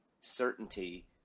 certainty